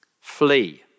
Flee